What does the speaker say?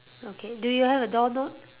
okay do you have a doorknob